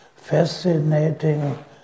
fascinating